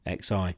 xi